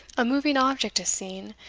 a moving object is seen,